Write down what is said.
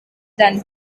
done